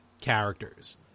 characters